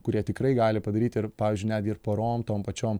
kurie tikrai gali padaryti ir pavyzdžiui net ir porom tom pačiom